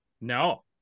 No